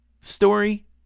story